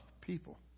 people